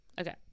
Okay